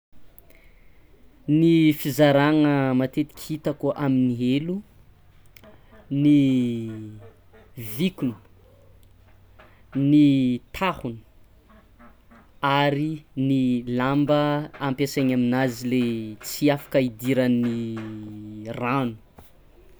Ny fizaragna matetiky hitako amin'ny helo: ny vikony, ny tahony ary ny lamba ampiasaigny aminazy le tsy afaka idiran'ny rano.